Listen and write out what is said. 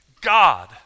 God